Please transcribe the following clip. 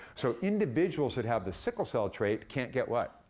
so individuals that have the sickle cell trait can't get what?